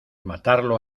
matarlo